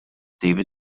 david